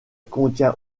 contient